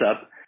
up